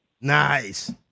Nice